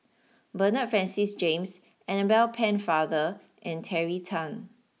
Bernard Francis James Annabel Pennefather and Terry Tan